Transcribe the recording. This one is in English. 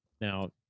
Now